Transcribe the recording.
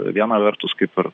viena vertus kaip ir